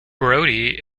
brody